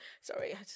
sorry